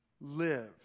live